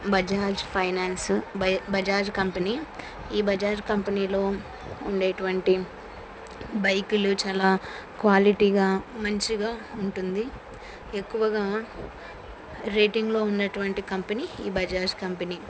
Bajaj finance బ Bajaj company ఈ బజాజ్ కంపెనీలో ఉండేటటువంటి బైకులు చాలా క్వాలిటీగా మంచిగా ఉంటుంది ఎక్కువగా రేటింగ్లో ఉన్నటువంటి కంపెనీ ఈ బజాజ్ కంపెనీ